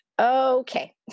okay